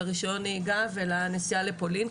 לרישיון נהיגה ולנסיעה לפולין.